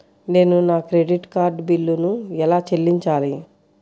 నేను నా credit card బిల్లును ఎలా చెల్లించాలీ?